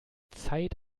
zeit